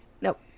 Nope